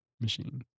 machine